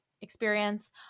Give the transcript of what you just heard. experience